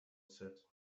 said